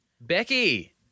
Becky